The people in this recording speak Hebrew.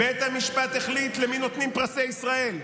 בית המשפט החליט למי נותנים פרסי ישראל.